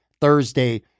Thursday